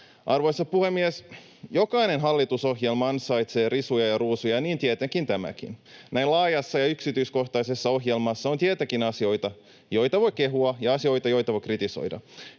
Arvoisa puhemies! Jokainen hallitusohjelma ansaitsee risuja ja ruusuja, niin tietenkin tämäkin. Näin laajassa ja yksityiskohtaisessa ohjelmassa on tietenkin asioita, joita voi kehua, ja asioita, joita voi kritisoida.